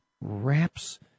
Wraps